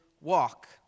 walk